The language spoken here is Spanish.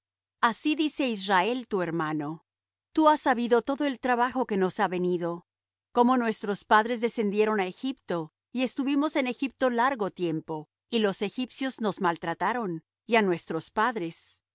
así dice israel tu hermano tú has sabido todo el trabajo que nos ha venido cómo nuestros padres descendieron á egipto y estuvimos en egipto largo tiempo y los egipcios nos maltrataron y á nuestros padres